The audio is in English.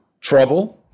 trouble